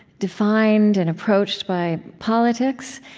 defined and approached by politics,